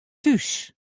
thús